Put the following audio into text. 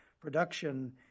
production